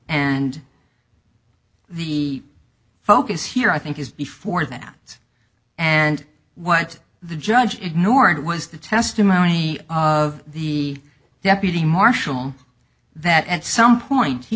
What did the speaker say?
and the focus here i think is before that and what the judge ignored was the testimony of the deputy marshal that at some point he